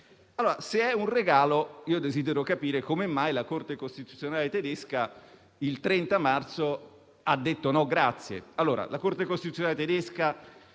miliardi. Se è un regalo, desidero capire come mai la Corte costituzionale tedesca il 30 marzo ha detto «No, grazie».